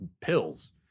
pills